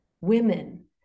women